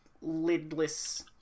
lidless